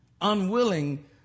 Unwilling